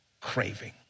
craving